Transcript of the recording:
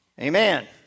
Amen